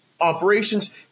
operations